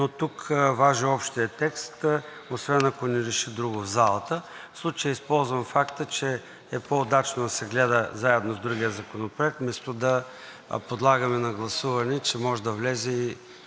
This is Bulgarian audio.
но тук важи общият текст „освен ако залата реши друго“. В случая използвам факта, че е по-удачно да се гледа заедно с другия законопроект, вместо да подлагаме на гласуване и че може да влезе и